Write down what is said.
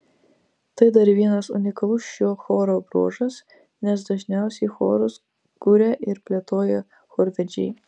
tai dar vienas unikalus šio choro bruožas nes dažniausiai chorus kuria ir plėtoja chorvedžiai